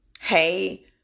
Hey